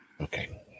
Okay